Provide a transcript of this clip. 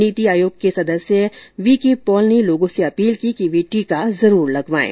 नीति आयोग के सदस्य वी के पॉल ने लोगों से अपील की कि वे टीका जरूर लगवाएं